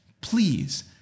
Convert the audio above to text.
please